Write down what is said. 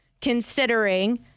considering